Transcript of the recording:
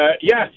Yes